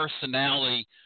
personality